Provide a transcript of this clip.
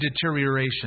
deterioration